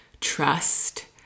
trust